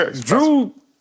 Drew